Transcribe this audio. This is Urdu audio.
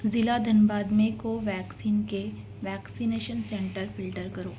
ضلع دھنباد میں کوویکسین کے ویکسینیشن سنٹر فلٹر کرو